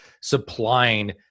supplying